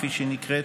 כפי שהיא נקראת,